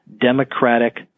Democratic